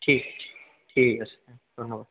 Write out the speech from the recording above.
ঠিক ঠিক আছে হুম ধন্যবাদ